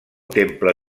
temple